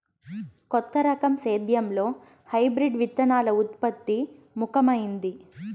కొత్త రకం సేద్యంలో హైబ్రిడ్ విత్తనాల ఉత్పత్తి ముఖమైంది